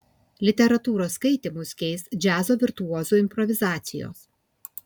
literatūros skaitymus keis džiazo virtuozų improvizacijos